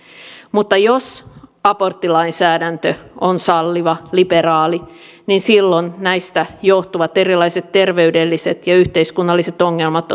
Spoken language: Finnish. mutta jos aborttilainsäädäntö on salliva liberaali niin silloin näistä johtuvat erilaiset terveydelliset ja yhteiskunnalliset ongelmat